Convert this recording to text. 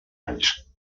anys